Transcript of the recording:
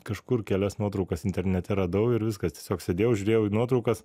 kažkur kelias nuotraukas internete radau ir viskas tiesiog sėdėjau žiūrėjau į nuotraukas